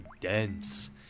dense